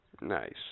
Nice